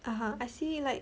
(uh huh) I see like